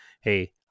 hey